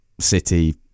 City